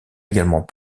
également